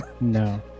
no